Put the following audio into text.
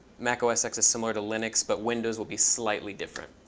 mac os x is similar to linux, but windows will be slightly different.